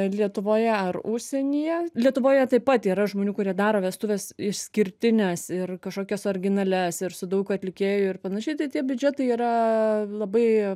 lietuvoje ar užsienyje lietuvoje taip pat yra žmonių kurie daro vestuves išskirtines ir kažkokias originalias ir su daug atlikėjų ir panašiai tai tie biudžetai yra labai